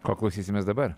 ko klausysimės dabar